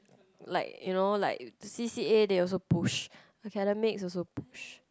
like you know like c_c_a they also push academics also push